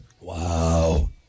Wow